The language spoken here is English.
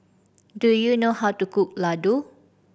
do you know how to cook Ladoo